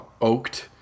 oaked